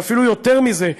ואפילו יותר מזה,